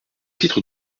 titre